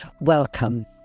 Welcome